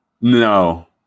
No